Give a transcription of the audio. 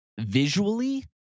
visually